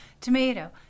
tomato